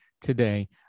today